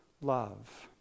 love